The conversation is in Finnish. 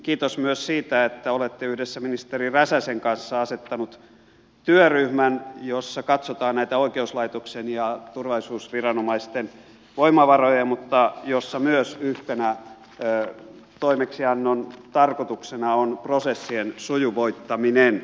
kiitos myös siitä että olette yhdessä ministeri räsäsen kanssa asettanut työryhmän jossa katsotaan näitä oikeuslaitoksen ja turvallisuusviranomaisten voimavaroja mutta jossa myös yhtenä toimeksiannon tarkoituksena on prosessien sujuvoittaminen